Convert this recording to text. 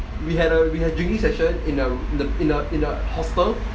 we had a we had a drinking session in a in a in a in a hostel